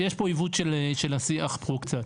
יש פה עיוות של השיח קצת.